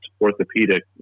orthopedic